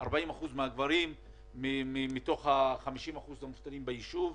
ו-40% מן הגברים מובטלים מתוך 50% המובטלים בישוב.